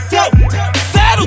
Settle